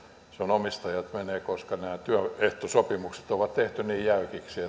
omistajat menevät koska nämä työehtosopimukset on tehty niin jäykiksi